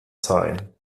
sein